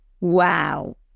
Wow